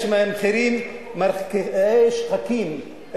יש מחירים מרקיעי שחקים,